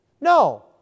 No